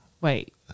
Wait